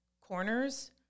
corners